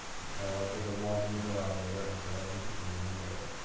it's kind of like there's a one in the denominator, and grams is in the numerator.